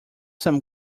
some